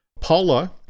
Paula